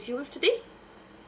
you with today